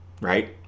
right